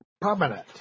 permanent